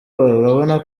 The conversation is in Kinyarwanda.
urabona